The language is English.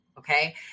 Okay